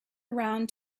round